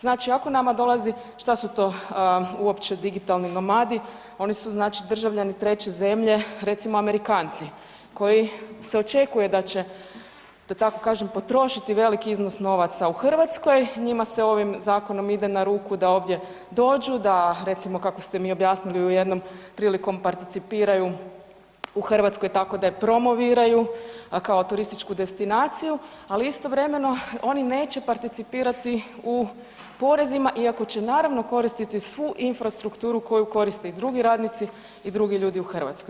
Znači ako nama dolazi, šta su to uopće digitalni nomadi, oni su znači državljani treće zemlje recimo Amerikaci koji se očekuje da će da tako kažem potrošiti veliki iznos novaca u Hrvatskoj, njima se ovim zakonom ide na ruku da ovdje dođu, recimo kako ste mi objasnili u jednom prilikom participiraju u Hrvatskoj tako da je promoviraju kao turističku destinaciju, ali istovremeno oni neće participirati u porezima iako će naravno koristiti svu infrastrukturu koju koriste i drugi radnici i drugi ljudi u Hrvatskoj.